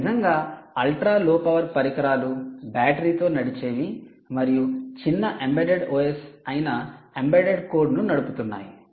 ఇవి నిజంగా ultra low power పరికరాలు బ్యాటరీతో నడిచేవి మరియు చిన్న ఎంబెడెడ్ OS అయిన ఎంబెడెడ్ కోడ్ను నడుపుతున్నాయి